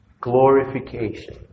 Glorification